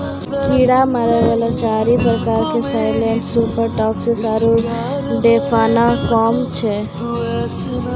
कीड़ा मारै वाला चारि प्रकार के साइलेंट सुपर टॉक्सिक आरु डिफेनाकौम छै